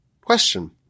question